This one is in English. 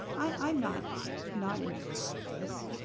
i'm not not in favor of this.